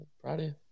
Friday